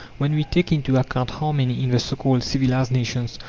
when we take into account how many, in the so-called civilized nations,